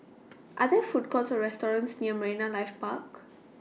Are There Food Courts Or restaurants near Marine Life Park